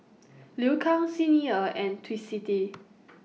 Liu Kang Xi Ni Er and Twisstii